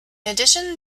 addition